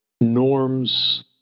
norms